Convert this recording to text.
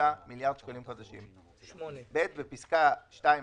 מיליארד שקלים חדשים";" זה עידוד תעסוקה והכשרת הון אנושי.